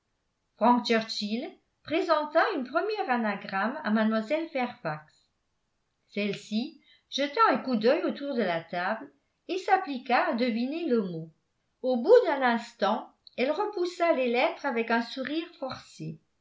présenta une première anagramme à mlle fairfax celle-ci jeta un coup d'œil autour de la table et s'appliqua à deviner le mot au bout d'un instant elle repoussa les lettres avec un sourire forcé